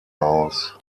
aus